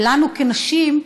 ולנו, כנשים,